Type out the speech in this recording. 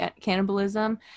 cannibalism